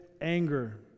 anger